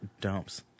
dumps